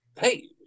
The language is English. Hey